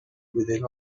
within